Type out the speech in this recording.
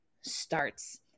starts